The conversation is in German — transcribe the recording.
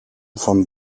von